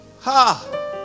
Ha